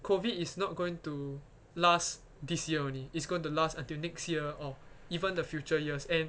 COVID is not going to last this year only it's going to last until next year or even the future years and